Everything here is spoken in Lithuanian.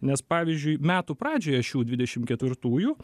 nes pavyzdžiui metų pradžioje šių dvidešim ketvirtųjų